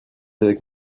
avec